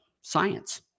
science